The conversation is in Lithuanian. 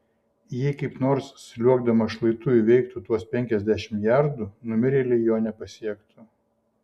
jei kaip nors sliuogdamas šlaitu įveiktų tuos penkiasdešimt jardų numirėliai jo nepasiektų